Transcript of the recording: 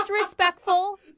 respectful